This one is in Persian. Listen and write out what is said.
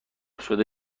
شده